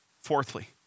Fourthly